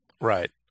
right